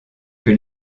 que